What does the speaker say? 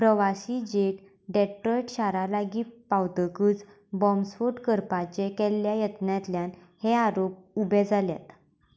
प्रवाशी jet Detroit शारा लागीं पावतकच बॉम्बस्फोट करपाचे केल्ल्या यत्नांतल्यान हे आरोप उबे जाल्यात